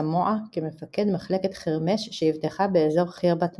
סמוע כמפקד מחלקת חרמ"ש שאבטחה באזור חירבת מרכז.